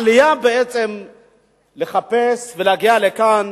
העלייה, לחפש ולהגיע לכאן,